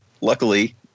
luckily